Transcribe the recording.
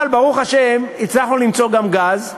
אבל ברוך השם הצלחנו למצוא גם גז,